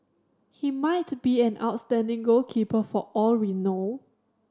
he might be an outstanding goalkeeper for all we know